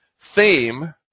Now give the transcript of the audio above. theme